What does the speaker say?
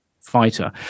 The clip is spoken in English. fighter